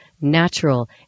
natural